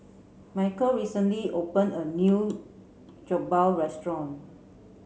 Mykel recently opened a new Jokbal restaurant